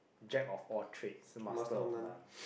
jack of all trades master of none